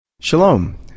Shalom